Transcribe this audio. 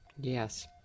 Yes